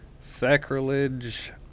Sacrilege